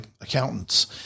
accountants